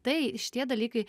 tai šitie dalykai